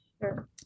Sure